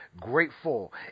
Grateful